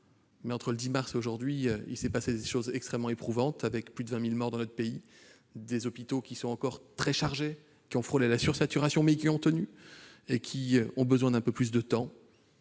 alentours du 10 mars. Cependant, il s'est passé depuis des choses extrêmement éprouvantes, avec plus de 20 000 morts dans notre pays, des hôpitaux encore très chargés, qui ont frôlé la sursaturation, mais qui ont tenu et qui ont besoin d'un peu plus de temps.